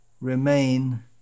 remain